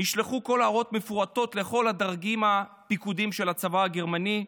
נשלחו הוראות מפורטות לכל הדרגים הפיקודיים של הצבא הגרמני,